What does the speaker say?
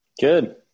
Good